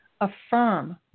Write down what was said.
Affirm